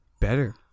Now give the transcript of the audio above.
Better